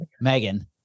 megan